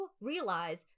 realize